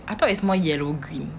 I thought it's more yellow green